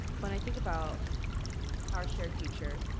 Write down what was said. when i think about our shared future,